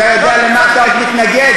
אתה יודע למה אתה עוד מתנגד?